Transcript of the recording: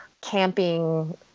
camping